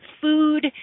food